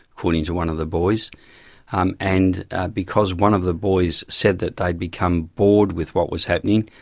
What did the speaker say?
according to one of the boys um and because one of the boys said that they'd become bored with what was happening,